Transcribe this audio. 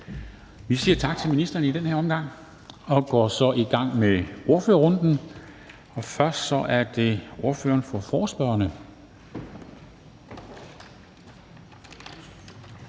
Vi siger tak til ministeren i den her omgang og går så i gang med ordførerrunden. Først er det ordføreren for forespørgerne.